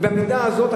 ובמידה הזאת,